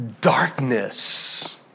darkness